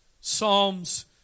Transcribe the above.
Psalms